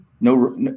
No